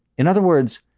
in other words,